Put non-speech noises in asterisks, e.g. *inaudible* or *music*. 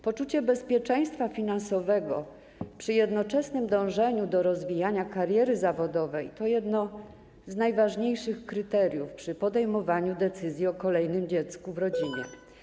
Poczucie bezpieczeństwa finansowego przy jednoczesnym dążeniu do rozwijania kariery zawodowej to jedno z najważniejszych kryteriów przy podejmowaniu decyzji o kolejnym dziecku *noise* w rodzinie.